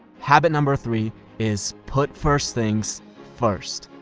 habit number three is put first things first.